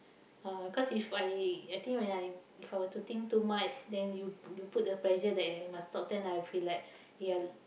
uh cause if I I think when I if I were to think too much then you you put the pressure there must top ten then I feel like ya